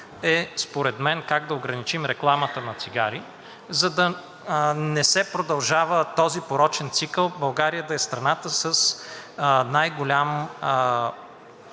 е според мен как да ограничим рекламата на цигари, за да не се продължава този порочен цикъл България да е страната с най-голям